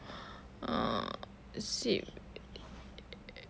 err